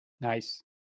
Nice